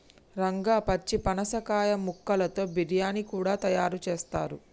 రంగా పచ్చి పనసకాయ ముక్కలతో బిర్యానీ కూడా తయారు చేస్తారు